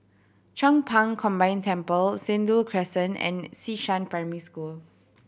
Chong Pang Combined Temple Sentul Crescent and Xishan Primary School